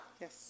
Yes